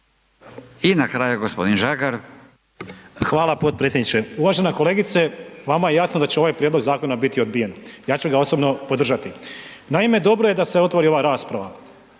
**Žagar, Tomislav (HSU)** Hvala potpredsjedniče. Uvažena kolegice vama je jasno da će ovaj prijedlog zakona biti odbijen, ja ću ga osobno podržati. Naime, dobro je da se otvori ova rasprava,